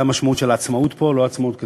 זה המשמעות של העצמאות פה, לא עצמאות כלכלית.